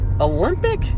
Olympic